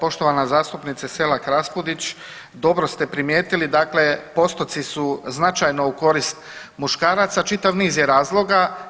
Poštovana zastupnice Selak Raspudić, dobro ste primijetili dakle postoci su značajno u korist muškaraca, čitav niz je razloga.